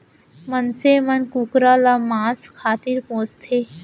मनसे मन कुकरा ल मांस खातिर पोसथें